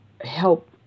help